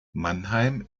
mannheim